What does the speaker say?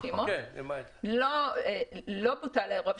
אם לא בוטל האירוע,